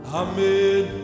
amen